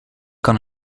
kan